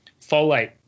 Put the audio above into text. Folate